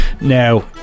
Now